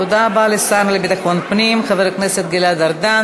תודה רבה לשר לביטחון הפנים חבר הכנסת גלעד ארדן.